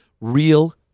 Real